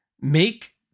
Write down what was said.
make